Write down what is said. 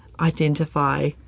identify